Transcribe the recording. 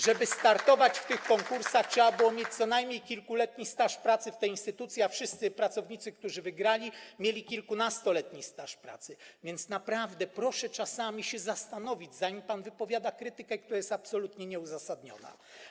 Żeby startować w tych konkursach, trzeba było mieć co najmniej kilkuletni staż pracy w tej instytucji, a wszyscy pracownicy, którzy wygrali, mieli kilkunastoletni staż pracy, więc naprawdę proszę czasami się zastanowić, zanim pan wypowiada słowa krytyki, która jest absolutnie nieuzasadniona.